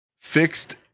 fixed